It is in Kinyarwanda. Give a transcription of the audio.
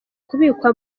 kubikwa